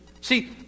See